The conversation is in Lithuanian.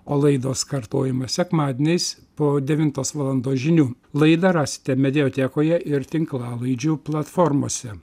o laidos kartojimas sekmadieniais po devintos valandos žinių laidą rasite mediatekoje ir tinklalaidžių platformose